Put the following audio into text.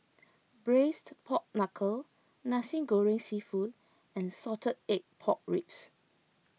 Braised Pork Knuckle Nasi Goreng Seafood and Salted Egg Pork Ribs